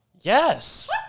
Yes